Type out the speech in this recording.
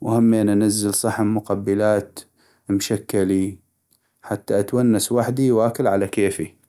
وهمين انزل صحن مقبلات مشكلي ،حتى اتونس وحدي واكل على كيفي.